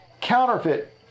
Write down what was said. counterfeit